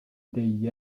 degli